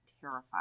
terrified